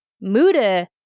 Muda